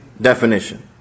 definition